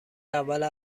اول